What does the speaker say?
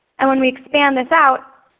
and when we expand this out,